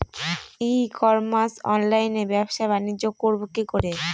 ই commerce অনলাইনে ব্যবসা বানিজ্য করব কি করে?